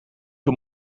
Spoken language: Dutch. hoe